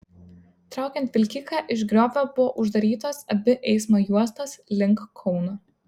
traukiant vilkiką iš griovio buvo uždarytos abi eismo juostos link kauno